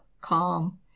calm